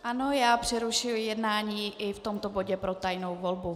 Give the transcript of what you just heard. Ano, já přerušuji jednání i v tomto bodě pro tajnou volbu.